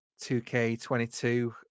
2K22